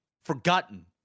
forgotten